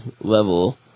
level